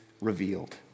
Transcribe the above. revealed